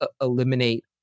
eliminate